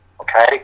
okay